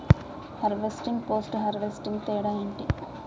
Harvesting, post harvesting తేడా ఏంటి?